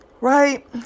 right